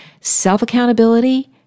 self-accountability